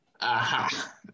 Aha